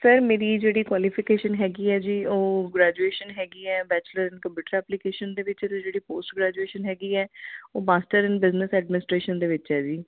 sir ਮੇਰੀ ਜਿਹੜੀ qualification ਹੈਗੀ ਹੈ ਜੀ ਉਹ ਗਰੈਜੂਏਸ਼ਨ ਹੈਗੀ ਹੈ ਬੈਚਲਰ ਇਨ ਕੰਪਿਊਟਰ ਐਪਲੀਕੇਸ਼ਨ ਦੇ ਵਿੱਚ ਅਤੇ ਜਿਹੜੀ ਪੋਸਟ ਗ੍ਰੈਜੂਏਸ਼ਨ ਹੈਗੀ ਹੈ ਉਹ ਮਾਸਟਰ ਇਨ ਬਿਜਨਸ ਐਡਮੀਨੀਸਟ੍ਰੇਸ਼ਨ ਦੇ ਵਿੱਚ ਹੈ ਜੀ